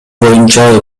боюнча